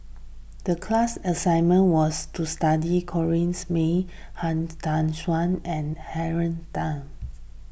the class assignment was to study Corrinne May Han Tan Juan and Darrell Ang